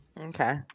Okay